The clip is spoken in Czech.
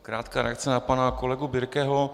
Krátká reakce na pana kolegu Birkeho.